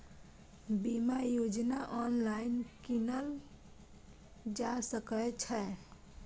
बीमा योजना ऑनलाइन कीनल जा सकै छै?